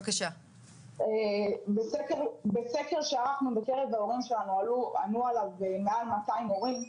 בסקר שערכנו שענו עליו מעל 200 הורים,